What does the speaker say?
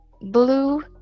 blue